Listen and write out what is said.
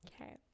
Okay